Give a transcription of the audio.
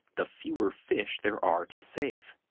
the fewer fish there are to save.